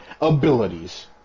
abilities